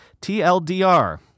TLDR